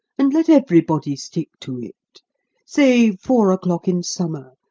and let everybody stick to it say four o'clock in summer,